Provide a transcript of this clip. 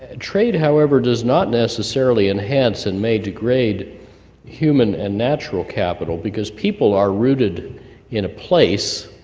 ah trade, however, does not necessarily enhance, and may degrade human and natural capital because people are rooted in a place,